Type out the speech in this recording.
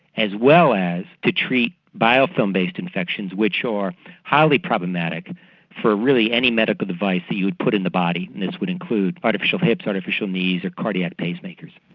as well as to treat biofilm based infections which are highly problematic for really any medical device that you would put in the body, and this would include artificial hips, artificial knees or cardiac pacemakers.